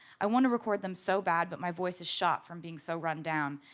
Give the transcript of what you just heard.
i want to record them so bad but my voice is shot from being so run down.